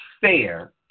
fair